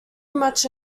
much